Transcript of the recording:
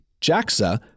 JAXA